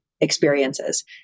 experiences